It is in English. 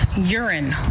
urine